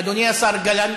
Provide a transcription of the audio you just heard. אדוני השר גלנט,